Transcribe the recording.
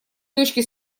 точки